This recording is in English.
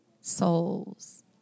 Souls